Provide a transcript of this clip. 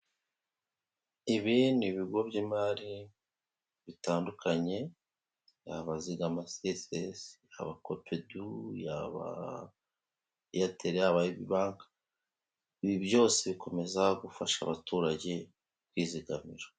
Ibindi bigo by'imari bitandukanye bya bazigama seyesesi yaba kopedu yaba eyateri banki ibi byose bikomeza gufasha abaturage kwizigamira.